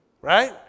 right